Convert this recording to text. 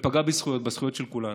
פגע בזכויות, בזכויות של כולנו.